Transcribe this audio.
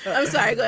i'm sorry.